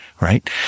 right